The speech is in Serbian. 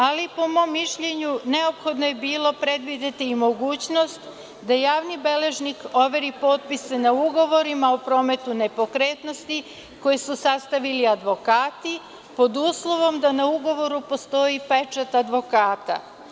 Ali, po mom mišljenju, neophodno je bilo predvideti i mogućnost da javni beležnik overi potpise na ugovorima o prometu nepokretnosti koje su sastavili advokati, pod uslovom da na ugovoru postoji pečat advokata.